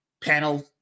panel